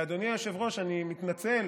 ואדוני היושב-ראש, אני מתנצל